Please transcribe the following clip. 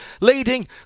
leading